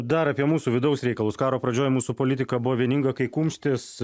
dar apie mūsų vidaus reikalus karo pradžioj mūsų politika buvo vieninga kai kumštis